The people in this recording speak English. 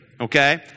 okay